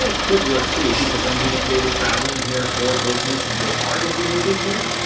ah could work too, because i mean, if they were traveling here for business and they are going to be moving here,